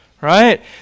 Right